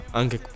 anche